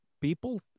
people